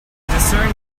discern